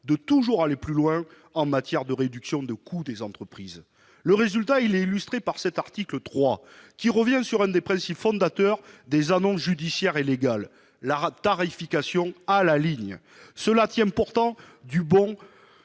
toujours plus loin en matière de réduction des coûts des entreprises. Le résultat est illustré par cet article 3, qui revient sur un des principes fondateurs des annonces judiciaires et légales : la tarification à la ligne. Cela tient pourtant du bon